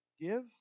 give